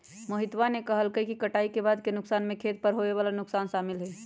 मोहितवा ने कहल कई कि कटाई के बाद के नुकसान में खेत पर होवे वाला नुकसान शामिल हई